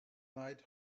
night